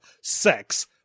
sex